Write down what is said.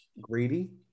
greedy